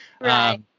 Right